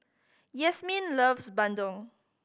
Yasmeen loves bandung